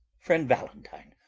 friend valentine,